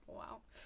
wow